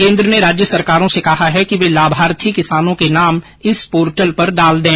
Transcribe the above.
केन्द्र ने राज्य सरकारों से कहा है कि वे लाभार्थी किसानों के नाम इस पोर्टल पर डाल दें